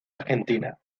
argentina